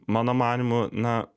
mano manymu na